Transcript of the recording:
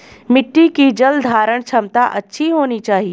मिट्टी की जलधारण क्षमता अच्छी होनी चाहिए